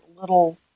little